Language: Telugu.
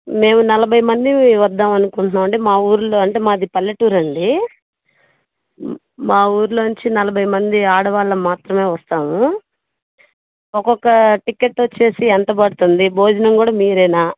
మేము నలభై మందిమి వద్దామని అనుకుంటున్నాము అండి మా ఊరులో అంటే మాది పల్లెటూరండి మా ఊరిలోంచి నలభై మంది ఆడవాళ్ళము మాత్రమే వస్తాము ఒక్కొక్క టికె ట్ వచ్చేసి ఎంత పడుతుంది భోజనం కూడా మీరేనా